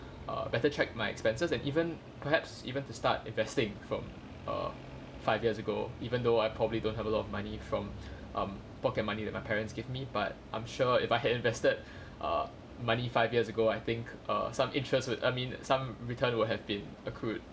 err better check my expenses and even perhaps even to start investing from err five years ago even though I probably don't have a lot of money from um pocket money that my parents give me but I'm sure if I had invested err money five years ago I think err some interest would I mean some return would have been accrued